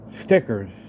stickers